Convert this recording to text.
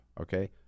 Okay